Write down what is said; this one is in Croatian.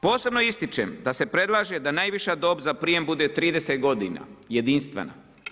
Posebno ističem da se prelaže da najviša dob za prijem bude 30 g. jedinstvena.